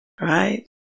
right